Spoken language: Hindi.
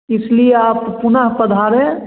इसलिए आप पुनः पधारें